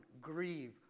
grieve